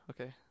okay